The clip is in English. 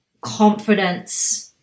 confidence